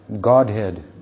Godhead